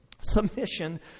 submission